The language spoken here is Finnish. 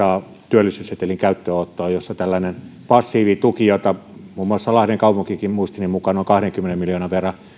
työllisyyssetelin käyttöönottoa jossa tällainen passiivituki jota muun muassa lahden kaupunkikin muistini mukaan noin kahdenkymmenen miljoonan verran